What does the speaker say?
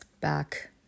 back